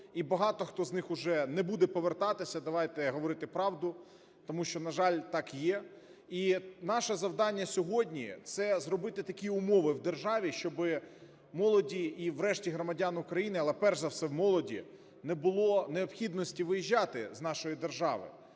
і багато хто з них вже не буде повертатися, давайте говорити правду, тому що, на жаль, так є. І наше завдання сьогодні – це зробити такі умови в державі, щоб молоді в врешті громадянам України, але перш за все молоді не було необхідності виїжджати з нашої держави,